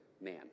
man